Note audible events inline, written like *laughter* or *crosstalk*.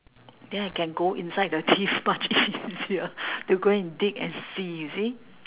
then I can go inside the teeth *laughs* much *laughs* easier to go and dig and see you see